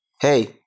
Hey